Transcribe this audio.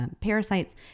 parasites